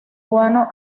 guano